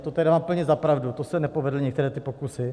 To tedy dám úplně za pravdu, to se nepovedly některé ty pokusy.